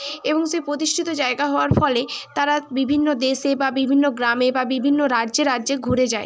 এবং সে প্রতিষ্ঠিত জায়গা হওয়ার ফলে তারা বিভিন্ন দেশে বা বিভিন্ন গ্রামে বা বিভিন্ন রাজ্যে রাজ্যে ঘুরে যায়